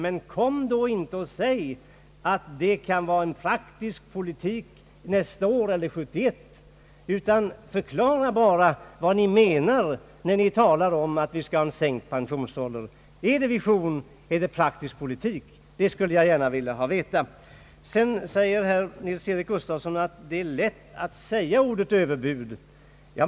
Men kom då inte och säg, att detta kan vara praktisk politik nästa år eller 1971, utan förklara bara vad ni menar, när ni talar om att ni vill genomföra en sänkt pensionsålder! Jag skulle gärna vilia veta, om det är en vision eller praktisk politik. Herr Nils-Eric Gustafsson säger att det är lätt att använda ordet överbud.